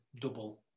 double